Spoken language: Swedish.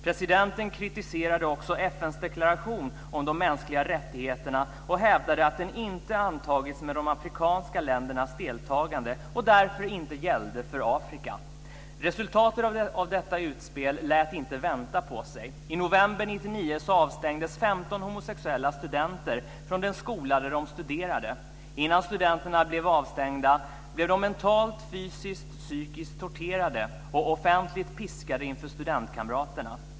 Presidenten kritiserade också FN:s deklaration om de mänskliga rättigheterna och hävdade att den inte antagits med de afrikanska ländernas deltagande och därför inte gällde för Afrika. Resultatet av detta utspel lät inte vänta på sig. I november 1999 avstängdes 15 homosexuella studenter från den skola där de studerade. Innan studenterna blev avstängda blev de mentalt, fysiskt och psykiskt torterade och offentligt piskade inför studentkamraterna.